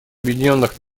объединенных